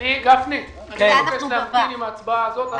אני מבקש להמתין עם ההצבעה הזאת.